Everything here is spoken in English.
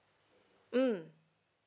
mm